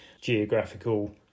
geographical